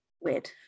weird